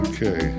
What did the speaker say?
Okay